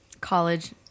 College